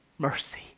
Mercy